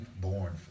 Born